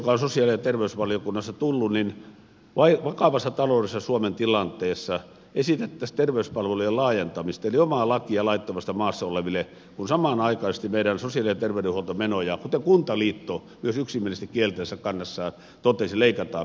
nyt tässä esityksessä joka on sosiaali ja terveysvaliokunnasta tullut suomen vakavassa taloudellisessa tilanteessa esitettäisiin terveyspalvelujen laajentamista eli omaa lakia laittomasti maassa oleville kun samanaikaisesti meidän sosiaali ja terveydenhuoltomenoja kuten myös kuntaliitto yksimielisesti kielteisessä kannassaan totesi leikataan miljardi euroa